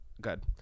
Good